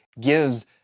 gives